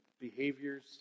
behaviors